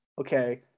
okay